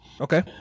okay